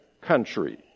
country